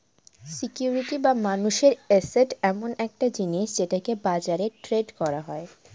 security বা মানুষের asset হচ্ছে এমন একটা জিনিস যেটাকে বাজারে ট্রেড করা যায়